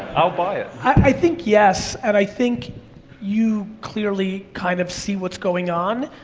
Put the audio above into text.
i'll buy it. i think yes, and i think you clearly kind of see what's going on.